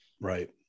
Right